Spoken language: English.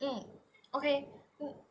mm okay mm